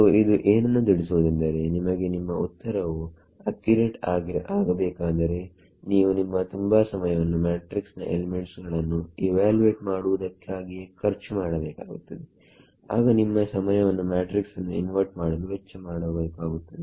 so ಇದು ಏನನ್ನು ತಿಳಿಸುವುದೆಂದರೆ ನಿಮಗೆ ನಿಮ್ಮ ಉತ್ತರವು ಅಕ್ಯುರೇಟ್ ಆಗಬೇಕಾದರೆ ನೀವು ನಿಮ್ಮ ತುಂಬಾ ಸಮಯವನ್ನು ಮ್ಯಾಟ್ರಿಕ್ಸ್ ನ ಎಲಿಮೆಂಟ್ ಗಳನ್ನು ಇವ್ಯಾಲುವೇಟ್ ಮಾಡುವುದಕ್ಕಾಗಿಯೇ ಖರ್ಚು ಮಾಡಬೇಕಾಗುತ್ತದೆ ಆಗ ನಿಮ್ಮ ಸಮಯವನ್ನು ಮ್ಯಾಟ್ರಿಕ್ಸ್ ನ್ನು ಇನ್ವರ್ಟ್ ಮಾಡಲು ವೆಚ್ಚ ಮಾಡಬೇಕಾಗುತ್ತದೆ